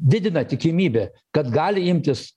didina tikimybę kad gali imtis